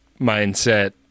mindset